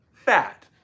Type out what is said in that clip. Fat